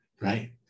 right